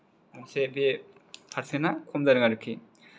एसे बे फार्सेना खम जादों आरखि